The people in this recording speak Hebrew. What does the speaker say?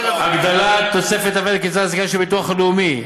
הגדלת תוספת הוותק בקצבת הזיקנה של הביטוח הלאומי,